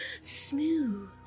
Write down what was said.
Smooth